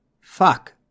Fuck